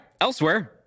Elsewhere